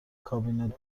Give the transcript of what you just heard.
کابین